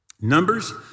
Numbers